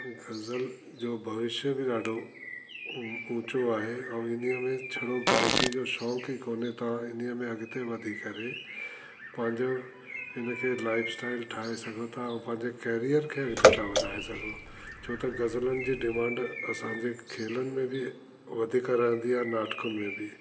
गज़ल जो भविष्य बि ॾाढो ऊचो आहे ऐं इन्हीअ में छड़ो गायकी जो शौक़ ई कोन्हे त इन्हीअ में अॻिते वधी करे पंहिंजो हिनखे लाइफ स्टाइल ठाहे सघो था पंहिंजे केरियर खे होते त वधाए सघो छो त गज़लनि जी डिमांड असांजे खेलनि में बि वधीक रहंदी या नाटकुनि में बि